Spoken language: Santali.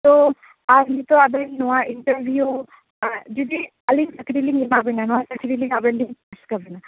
ᱛᱚ ᱟᱨ ᱱᱤᱛᱚᱜ ᱟᱵᱤᱱ ᱱᱚᱭᱟ ᱮᱱᱴᱟᱨᱵᱷᱤᱭᱩᱣᱟᱜ ᱡᱩᱫᱤ ᱟᱹᱞᱤᱝ ᱪᱟ ᱠᱨᱤ ᱞᱤᱝ ᱮᱢᱟᱵᱤᱱᱟ ᱱᱚᱭᱟ ᱪᱟ ᱠᱨᱤ ᱟᱵᱤᱱᱵᱤᱱ ᱤᱥᱠᱟᱵᱤᱱᱟ